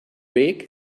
big